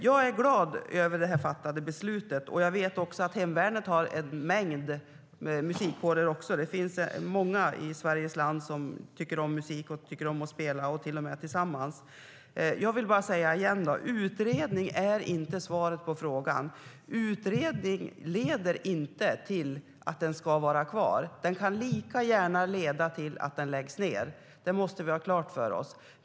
Jag är glad över det fattade beslutet och vet också att hemvärnet har en mängd musikkårer. Det finns många i Sveriges land som tycker om musik och tycker om att spela, till och med tillsammans. Jag vill bara säga igen: En utredning är inte svaret på frågan. En utredning leder inte till att detta ska vara kvar. Den kan lika gärna leda till att det blir en nedläggning. Det måste vi ha klart för oss.